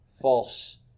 false